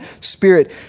Spirit